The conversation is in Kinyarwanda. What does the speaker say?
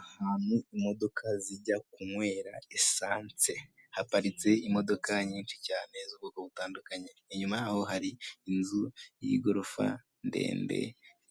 Ahantu imodoka zijya kunywera esanse, haparitse imodoka nyinshi cyane z'ubwoko butandukanye. Inyuma yaho hari inzu y'igorofa ndende